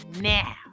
now